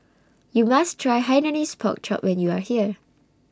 YOU must Try Hainanese Pork Chop when YOU Are here